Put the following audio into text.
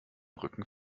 rücken